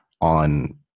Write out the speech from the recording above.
on